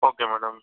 okay madam